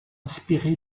inspiré